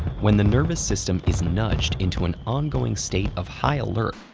when the nervous system is nudged into an ongoing state of high alert,